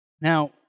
Now